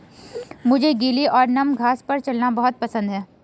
मुझे गीली और नम घास पर चलना बहुत पसंद है